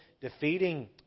defeating